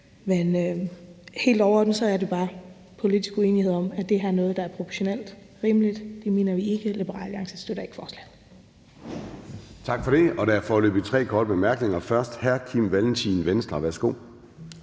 ved. Helt overordnet er der bare politisk uenighed om, om det her er noget, der er proportionalt og rimeligt. Det mener vi ikke. Liberal Alliance støtter ikke forslaget.